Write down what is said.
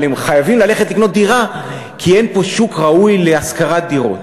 אבל הם חייבים ללכת לקנות דירה כי אין פה שוק ראוי להשכרת דירות,